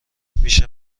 میشه